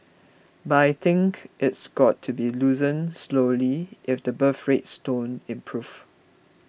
but I think it's got to be loosened slowly if the birth rates don't improve